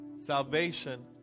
salvation